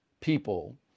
people